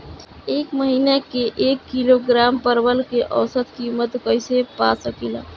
एक महिना के एक किलोग्राम परवल के औसत किमत कइसे पा सकिला?